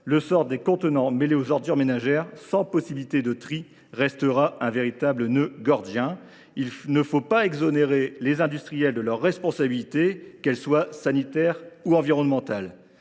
lorsqu’ils sont mêlés aux ordures ménagères, sans possibilité de tri, restera un véritable nœud gordien. Il ne faut pas exonérer les industriels de leurs responsabilités, sanitaires ou environnementales.